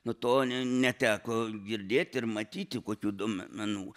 nu to neteko girdėti ir matyti kokių duomenų